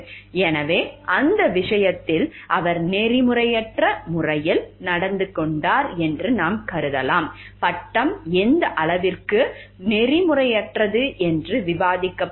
எனவே அந்த விஷயத்தில் அவர் நெறிமுறையற்ற முறையில் நடந்து கொண்டார் என்று நாம் கருதலாம் பட்டம் எந்த அளவிற்கு நெறிமுறையற்றது என்று விவாதிக்கப்படலாம்